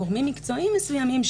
גורמים מקצועיים מסוימים,